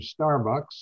Starbucks